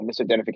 misidentification